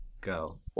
go